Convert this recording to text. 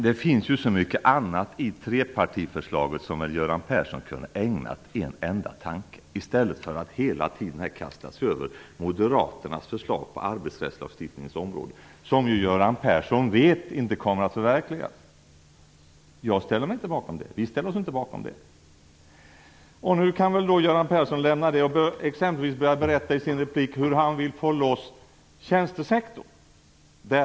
Det finns ju så mycket annat i trepartiförslaget som Göran Persson kunde ägnat en enda tanke i stället för att hela tiden kasta sig över moderaternas förslag på arbetsrättslagstiftningens område. Göran Persson vet ju att det inte kommer att förverkligas. Jag ställer mig inte bakom det. Vi ställer oss inte bakom det. Nu kan väl Göran Persson lämna det och berätta i sin replik hur han vill få loss tjänstesektorn.